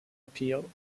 appeal